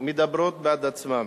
מדברות בעד עצמן.